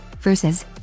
versus